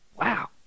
wow